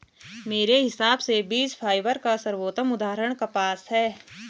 मेरे हिसाब से बीज फाइबर का सर्वोत्तम उदाहरण कपास है